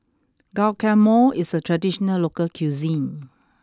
Guacamole is a traditional local cuisine